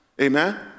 Amen